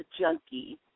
Junkie